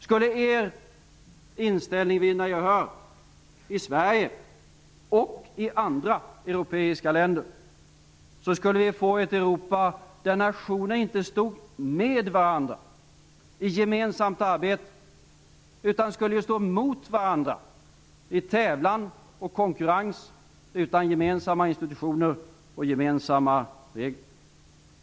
Om er inställning skulle vinna gehör i Sverige och i andra europeiska länder skulle vi få ett Europa där nationerna inte stod med varandra, i gemensamt arbete, utan stod mot varandra, i tävlan och konkurrens, utan gemensamma institutioner och gemensamma regler.